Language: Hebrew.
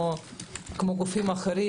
כמו גופים אחרים.